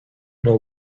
know